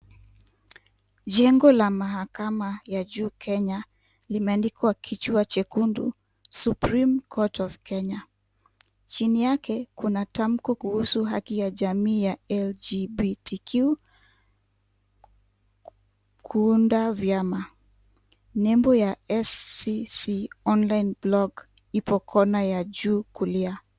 Jengo la mahakama ya juu Kenya limeandikwa kichwa chekundu Supreme Court of Kenya. Chini yake kuna tamko kuhusu haki ya jamii ya LGBTQ kuunda vyama. Nembo ya SCC online blog ipo kona ya juu kulia.